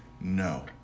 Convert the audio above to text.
no